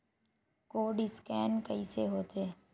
Code scan कइसे होथे?